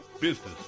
business